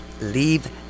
leave